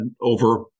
over